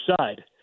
side